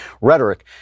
rhetoric